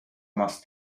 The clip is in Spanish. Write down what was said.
más